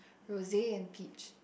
rose and peach